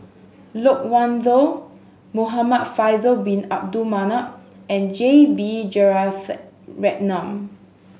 Loke Wan Tho Muhamad Faisal Bin Abdul Manap and J B Jeyaretnam